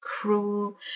cruel